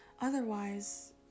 Otherwise